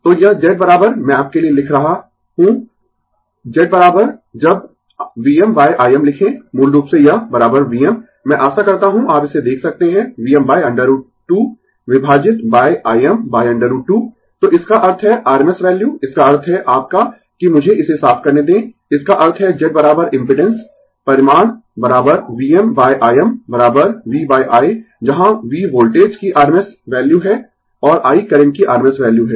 तो यह Z मैं आपके लिए लिख रहा हूँ Z जब Vm Im लिखें मूल रूप से यह Vm मैं आशा करता हूँ आप इसे देख सकते है Vm √2 विभाजित Im √ 2 तो इसका अर्थ है RMS वैल्यू इसका अर्थ है आपका कि मुझे इसे साफ करने दें इसका अर्थ है Z इम्पिडेंस परिमाण Vm Im V I जहां V वोल्टेज की RMS वैल्यू है और I करंट की RMS वैल्यू है